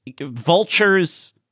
vultures